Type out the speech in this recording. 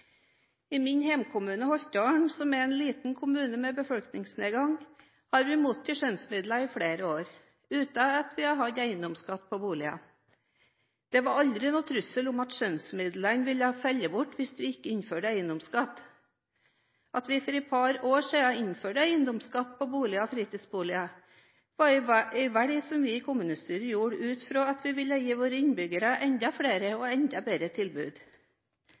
I min hjemkommune Holtålen, som er en liten kommune med befolkningsnedgang, har vi mottatt skjønnsmidler i flere år uten at vi har hatt eiendomsskatt på boliger. Det var aldri noen trussel om at skjønnsmidlene ville falle bort hvis vi ikke innførte eiendomsskatt. At vi for et par år siden innførte eiendomsskatt på boliger og fritidsboliger, var et valg vi i kommunestyret tok ut fra at vi ville gi våre innbyggere enda flere og enda bedre tilbud.